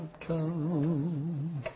Come